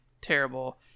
terrible